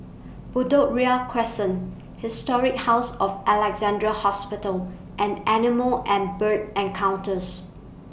Bedok Ria Crescent Historic House of Alexandra Hospital and Animal and Bird Encounters